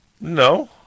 No